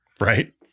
Right